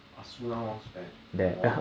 asuna mouse pad what